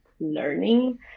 learning